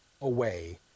away